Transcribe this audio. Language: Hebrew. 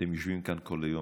אתם יושבים כאן כל היום,